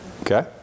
Okay